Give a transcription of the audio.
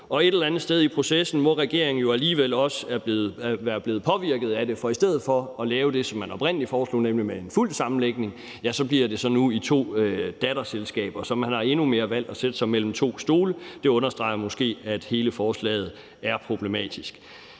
Et eller andet sted i processen må regeringen jo alligevel også være blevet påvirket af det, for i stedet for at lave det, som man oprindelig foreslog, nemlig en fuld sammenlægning, så bliver det nu i to datterselskaber. Så man har i endnu højere grad valgt at sætte sig mellem to stole. Det understreger måske, at hele forslaget er problematisk.